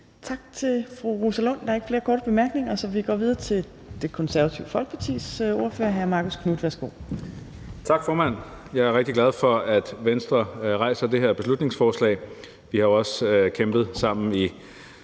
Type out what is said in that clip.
Tak til fru Rosa Lund. Der er ikke flere korte bemærkninger, så vi går videre til Det Konservative Folkepartis ordfører, hr. Marcus Knuth. Værsgo. Kl. 15:37 (Ordfører) Marcus Knuth (KF): Tak, formand. Jeg er rigtig glad for, at Venstre har fremsat det her beslutningsforslag. Vi har også kæmpet sammen i